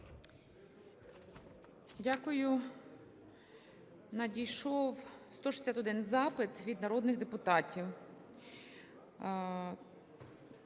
Дякую. Надійшов 161 запит від народних депутатів.